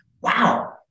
wow